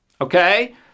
Okay